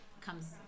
comes